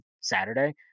Saturday